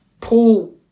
Paul